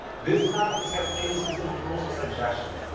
this diet doesn't have any specific rules or suggestions,